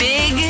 Big